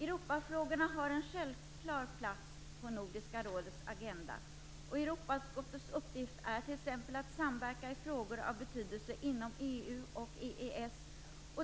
Europafrågorna har en självklar plats på Nordiska rådets agenda, och Europautskottets uppgift är t.ex. att samverka i frågor av betydelse inom EU och EES.